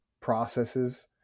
processes